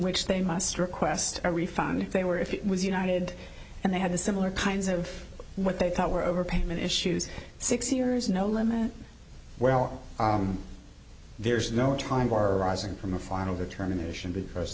which they must request a refund if they were if it was united and they had a similar kinds of what they thought were overpayment issues six years no limit well there's no time or arising from a final determination because